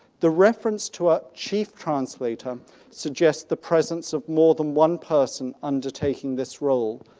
the reference to a chief translator suggests the presence of more than one person undertaking this role,